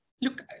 Look